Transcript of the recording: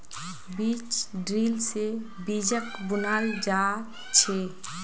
बीज ड्रिल से बीजक बुनाल जा छे